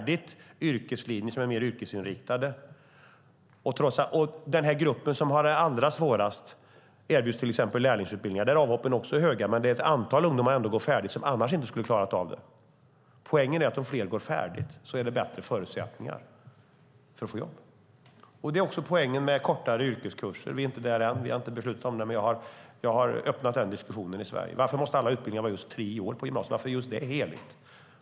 Den här gruppen som har det allra svårast erbjuds till exempel lärlingsutbildningar där avhoppen också är höga men där ett antal ungdomar ändå går färdigt som annars inte skulle ha klarat av att göra det. Poängen är att om fler går färdigt är det bättre förutsättningar för att fler ska få jobb. Det är också poängen med kortare yrkeskurser. Vi är inte där än. Vi har inte beslutat om det, men jag har öppnat den diskussionen i Sverige. Varför måste alla utbildningar vara just tre år på gymnasiet? Varför är det heligt?